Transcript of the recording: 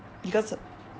because